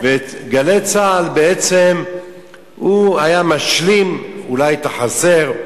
ו"גלי צה"ל" בעצם היה משלימה אולי את החסר,